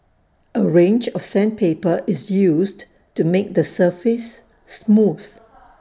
A range of sandpaper is used to make the surface smooth